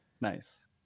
Nice